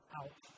out